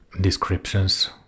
descriptions